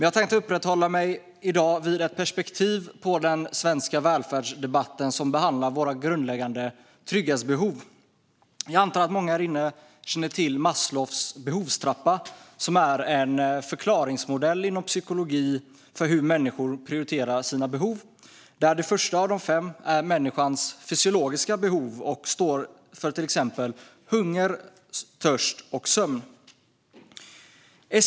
Jag tänkte uppehålla mig i dag vid ett perspektiv på den svenska välfärdsdebatten som behandlar våra grundläggande trygghetsbehov. Jag antar att många här inne känner till Maslows behovstrappa, som är en förklaringsmodell inom psykologi för hur människor prioriterar sina behov. Det första av de fem behoven är människans fysiologiska behov och står för till exempel hunger, törst och sömn.